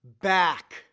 back